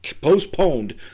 postponed